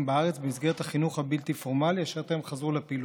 בארץ במסגרת החינוך הבלתי-פורמלי אשר טרם חזרו לפעילות.